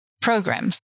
programs